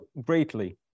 greatly